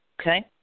Okay